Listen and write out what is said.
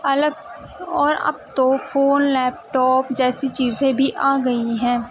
الگ اور اب تو فون لیپ ٹاپ جیسی چیزیں بھی آ گئی ہیں